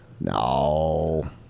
No